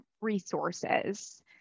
resources